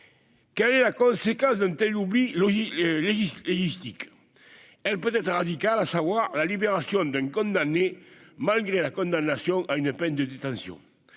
quelle est la conséquence d'une telle oublie le légiste et il dit qu'elle peut être radical, à savoir la libération d'un condamné malgré la condamnation à une peine de détention